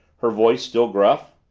her voice still gruff.